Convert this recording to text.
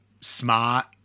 smart